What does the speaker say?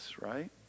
right